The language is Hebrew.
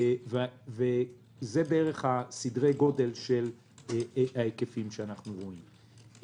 אלה בערך סדרי הגודל של ההיקפים שאנחנו רואים.